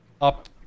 up